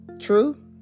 True